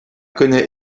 connaît